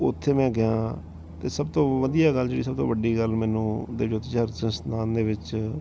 ਉੱਥੇ ਮੈਂ ਗਿਆ ਅਤੇ ਸਭ ਤੋਂ ਵਧੀਆ ਗੱਲ ਜਿਹੜੀ ਸਭ ਤੋਂ ਵੱਡੀ ਗੱਲ ਮੈਨੂੰ ਸਥਾਨ ਦੇ ਵਿੱਚ